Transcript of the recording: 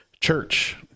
church